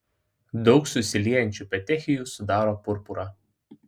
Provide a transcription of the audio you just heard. daug susiliejančių petechijų sudaro purpurą